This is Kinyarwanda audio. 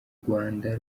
rwanda